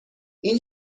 این